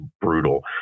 brutal